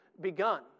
begun